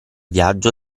viaggio